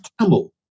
camel